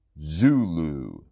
Zulu